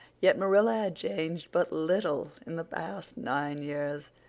yet marilla had changed but little in the past nine years,